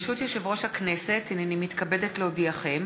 ברשות יושב-ראש הכנסת, הנני מתכבדת להודיעכם,